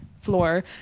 floor